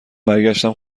برگشتم